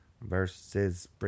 Versus